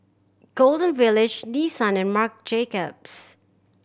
Golden Village Nissan and Marc Jacobs